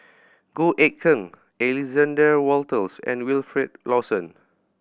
Goh Eck Kheng Alexander Wolters and Wilfed Lawson